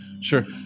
Sure